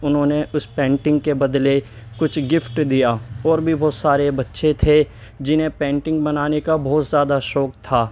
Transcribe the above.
انہوں نے اس پینٹنگ کے بدلے کچھ گفٹ دیا اور بھی بہت سارے بچے تھے جنہیں پینٹنگ بنانے کا بہت زیادہ شوق تھا